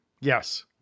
Yes